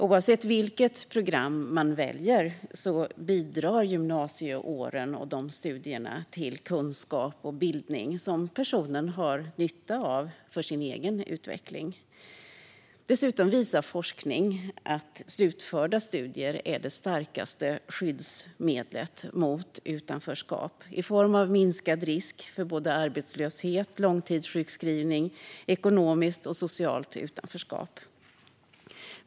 Oavsett vilket program man väljer bidrar gymnasieåren och de studierna till kunskap och bildning som personen har nytta av för sin egen utveckling. Dessutom visar forskning att slutförda studier är det starkaste skyddsmedlet mot utanförskap i form av minskad risk för arbetslöshet, långtidssjukskrivning och ekonomiskt och socialt utanförskap.